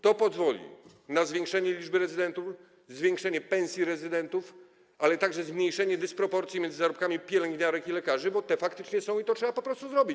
To pozwoli na zwiększenie liczby rezydentur, zwiększenie pensji rezydentów, ale także zmniejszenie dysproporcji między zarobkami pielęgniarek i lekarzy, bo te faktycznie są, i to trzeba po prostu zrobić.